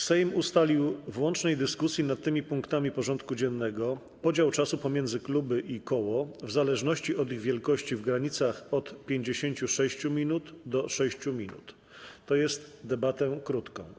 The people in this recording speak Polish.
Sejm ustalił w łącznej dyskusji nad tymi punktami porządku dziennego podział czasu pomiędzy kluby i koło, w zależności od ich wielkości, w granicach od 56 do 6 minut, tj. debatę krótką.